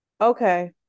okay